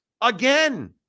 again